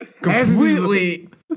Completely